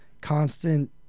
constant